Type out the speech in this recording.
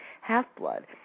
Half-Blood